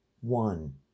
one